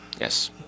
yes